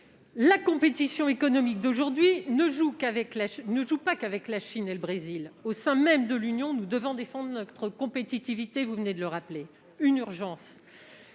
La compétition économique d'aujourd'hui ne se joue pas qu'avec la Chine et le Brésil. Au sein même de l'Union européenne, nous devons défendre notre compétitivité, vous venez de le rappeler. C'est une urgence.